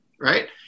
Right